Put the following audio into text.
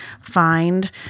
find